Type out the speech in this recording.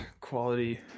quality